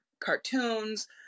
cartoons